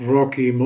Rocky